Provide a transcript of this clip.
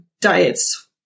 diets